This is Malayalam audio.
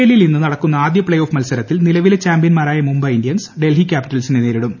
എല്ലിൽ ഇന്ന് നടക്കുന്ന ആദ്യ പ്ളേ ഓഫ് മത്സരത്തിൽ നിലവിലെ ചാമ്പൃന്മാരായ മുംബൈ ഇന്തൃൻസ് ഡൽഹി ക്യാപ്പിറ്റൽസിനെ നേരിടും